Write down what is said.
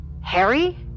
Harry